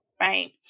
right